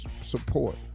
support